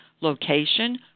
location